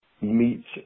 meets